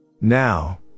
Now